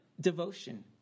devotion